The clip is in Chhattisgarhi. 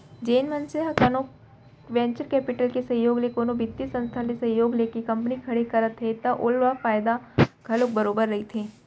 जेन मनसे ह कोनो वेंचर कैपिटल के सहयोग ले कोनो बित्तीय संस्था ले सहयोग लेके कंपनी खड़े करत हे त ओला फायदा घलोक बरोबर रहिथे